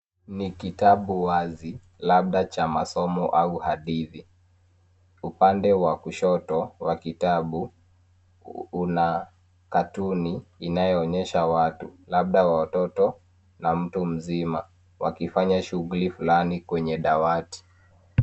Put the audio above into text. Ni kitabu wazi labda cha masomo au hadithi. Upande wa kushoto wa kitabu, una katuni inayoonesha watu, labda watoto au mtu mzima, wakifanya shughuli fulani kwenye dawati.